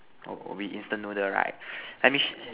oh will be instant noodle right I wish